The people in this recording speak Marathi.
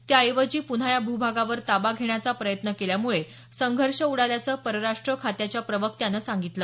त्याऐवजी पुन्हा या भूभागावर ताबा घेण्याचा प्रयत्न केल्यामुळे संघर्ष उडाल्याचं परराष्ट्र खात्याच्या प्रवक्त्यानं सांगितलं